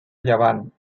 llevant